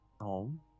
home